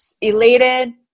elated